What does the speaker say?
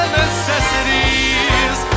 necessities